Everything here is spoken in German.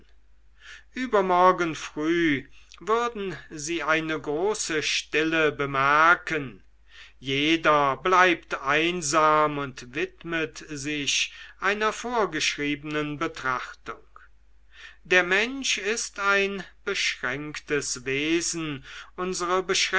übermorgen früh würden sie eine große stille bemerken jeder bleibt einsam und widmet sich einer vorgeschriebenen betrachtung der mensch ist ein beschränktes wesen